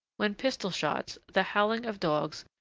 when pistol-shots, the howling of dogs,